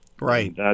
Right